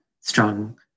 strong